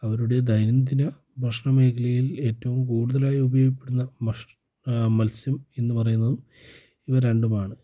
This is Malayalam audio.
അവരുടെ ദൈനംദിന ഭക്ഷണ മേഖലയിൽ ഏറ്റവും കൂടുതലായി ഉപയോഗിക്കപ്പെടുന്ന മത്സ്യം എന്നു പറയുന്നതും ഇവ രണ്ടുമാണ്